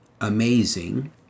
amazing